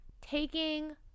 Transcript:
Taking